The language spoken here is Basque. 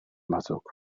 batzuk